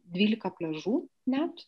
dvylika pliažų net